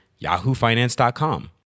yahoofinance.com